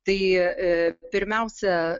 tai e pirmiausia